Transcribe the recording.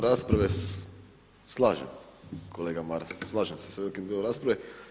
rasprave slažem kolega Maras, slažem se sa velikim dijelom rasprave.